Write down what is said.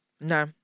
No